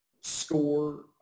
score